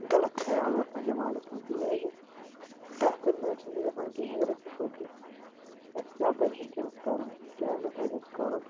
غلط خیال وۄتھان دیٚماغَس منٛز تِکیٛازِ بہتر نَہ حظ چھُنہٕ یہِ گژھان کیٚنٛہہ اگر أسۍ وُچھو کہِ اسہِ کیٛاہ پَزِ وُنٛکیٚس کَرُن کیٛاہ نہٕ پَزِ اسہِ کَرُن